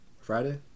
Friday